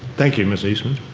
thank you, ms eastman.